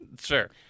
Sure